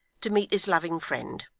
to meet his loving friend